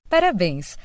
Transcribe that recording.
Parabéns